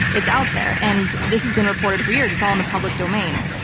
it's out there. and this has been reported for years, it's all on the public domain.